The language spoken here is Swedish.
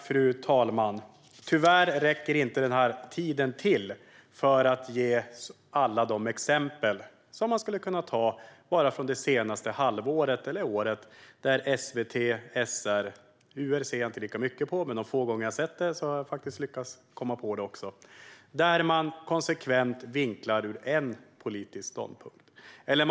Fru talman! Tyvärr räcker inte tiden till för att ge alla de exempel man skulle kunna ta upp bara från det senaste halvåret eller året där SVT och SR konsekvent vinklar ur en enda politisk ståndpunkt. UR lyssnar jag inte lika mycket på, men de få gånger jag har gjort det har jag lyckats hitta exempel även där.